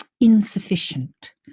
insufficient